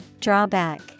Drawback